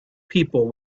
people